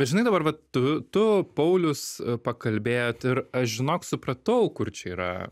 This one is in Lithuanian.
bet žinai dabar vat tu tu paulius pakalbėjot ir aš žinok supratau kur čia yra